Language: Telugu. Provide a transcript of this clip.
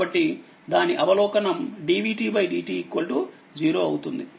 కాబట్టి దాని అవలోకనం dv dt 0 అవుతుంది